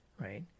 right